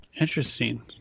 Interesting